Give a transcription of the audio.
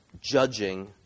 judging